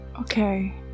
Okay